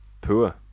poor